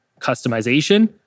customization